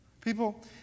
People